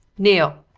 neale!